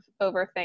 overthink